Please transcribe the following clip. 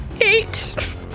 Eight